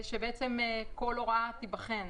שכל הוראה תיבחן.